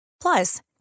Plus